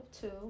two